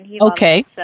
okay